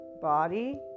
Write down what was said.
body